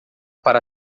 para